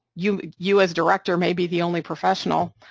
you you as director may be the only professional,